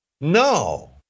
No